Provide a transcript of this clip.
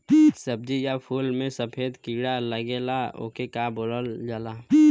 सब्ज़ी या फुल में सफेद कीड़ा लगेला ओके का बोलल जाला?